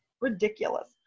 Ridiculous